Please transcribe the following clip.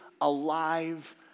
alive